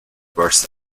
verse